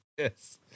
Yes